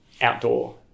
outdoor